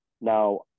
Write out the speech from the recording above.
Now